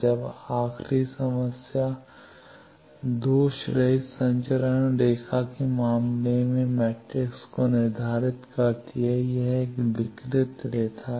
अब आखिरी समस्या जो दोषरहित संचरण रेखा के एस मैट्रिक्स को निर्धारित करती है यह एक वितरित रेखा है